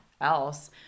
else